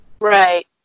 Right